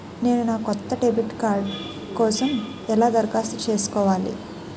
నేను నా కొత్త డెబిట్ కార్డ్ కోసం ఎలా దరఖాస్తు చేసుకోవాలి?